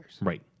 Right